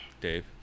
Dave